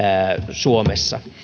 suomessa